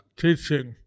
teaching